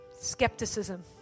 skepticism